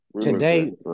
today